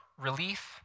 relief